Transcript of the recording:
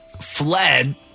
fled